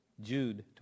Jude